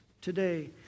today